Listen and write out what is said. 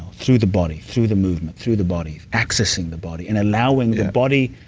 through the body, through the movement through the body, accessing the body and allowing the body.